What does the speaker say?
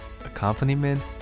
accompaniment